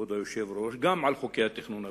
כבוד היושב-ראש, גם על חוקי התכנון והבנייה,